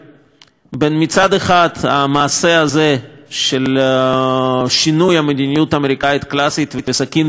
מצד אחד המעשה הזה של שינוי המדיניות האמריקנית הקלאסית וסכין בגב של